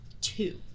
two